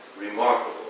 remarkable